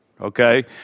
Okay